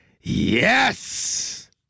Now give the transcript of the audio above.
yes